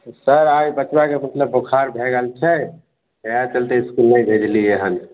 sir आइ बचबाके मतलब बोखार भऽ गेल छै इएह चलते इसकुल नहि भेजलिए हँ